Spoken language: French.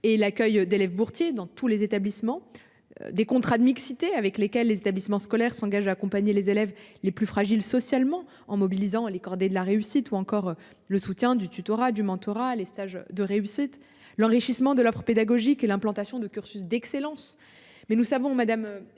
et l'accueil d'élèves boursiers dans tous les établissements. Des contrats de mixité avec lesquels les établissements scolaires s'engage à accompagner les élèves les plus fragiles socialement en mobilisant les cordées de la réussite ou encore le soutien du tutorat du mentorat les stages de réussite l'enrichissement de l'offre pédagogique et l'implantation de cursus d'excellence mais nous savons madame